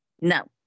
No